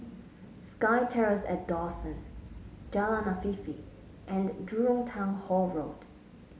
SkyTerrace at Dawson Jalan Afifi and Jurong Town Hall Road